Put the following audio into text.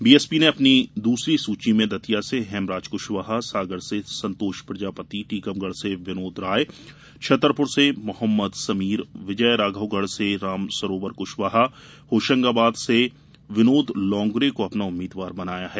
BSP ने अपने दूसरी सूची में दतिया से हेमराज क्शवाहा सागर से संतोष प्रजापित टीकमगढ़ से विनोद राय छतरपुर से मोहम्मद समीर विजय राघवगढ़ रामसरोवर कृशवाहा होशंगाबाद से विनोद लोंगरे को अपना उम्मीदवार बनाया है